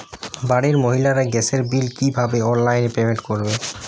বাড়ির মহিলারা গ্যাসের বিল কি ভাবে অনলাইন পেমেন্ট করবে?